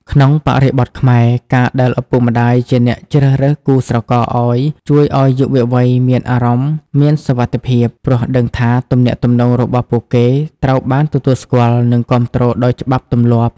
ក្នុងបរិបទខ្មែរ ការដែលឪពុកម្ដាយជាអ្នកជ្រើសរើសគូស្រករឱ្យ ជួយឱ្យយុវវ័យមានអារម្មណ៍មានសុវត្ថិភាព ព្រោះដឹងថាទំនាក់ទំនងរបស់ពួកគេត្រូវបានទទួលស្គាល់ និងគាំទ្រដោយច្បាប់ទម្លាប់។